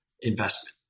investment